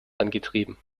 angetrieben